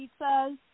pizzas